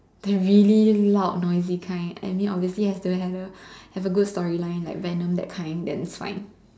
the really loud noisy kind and I mean obviously have to have a have a good story line like Venom that kind then fine